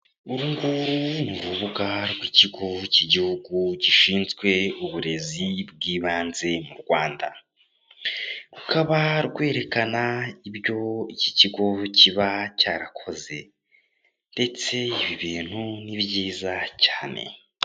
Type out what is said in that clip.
Urunguru ni urubuga rw'ikigo k'igihugu gishinzwe uburezi bw'ibanze mu Rwanda, rukaba rwerekana ibyo iki kigo kiba cyarakoze, ndetse ibi bintu ni byiza cyane.